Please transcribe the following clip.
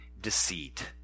deceit